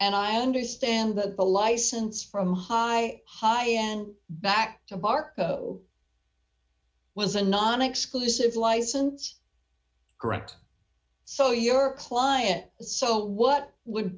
and i understand that the license from hi hi i am back to bart was a non exclusive license correct so your client so what would